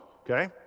okay